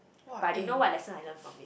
but I don't know what lesson I learn from it